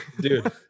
Dude